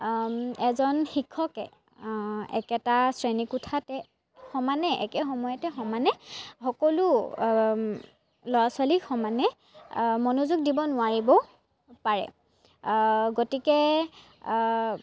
এজন শিক্ষকে একেটা শ্ৰেণীকোঠাতে সমানে একে সময়তে সমানে সকলো ল'ৰা ছোৱালীক সমানে মনোযোগ দিব নোৱাৰিবও পাৰে গতিকে